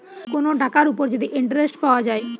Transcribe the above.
কোন টাকার উপর যদি ইন্টারেস্ট পাওয়া যায়